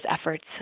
efforts